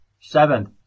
Seventh